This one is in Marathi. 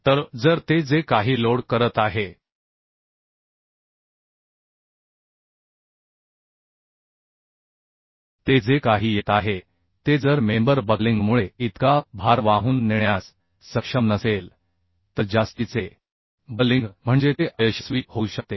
तर जर ते जे काही लोड करत आहे ते जे काही येत आहे ते जर मेंबर बकलिंगमुळे इतका भार वाहून नेण्यास सक्षम नसेल तर जास्तीचे बकलिंग म्हणजे ते अयशस्वी होऊ शकते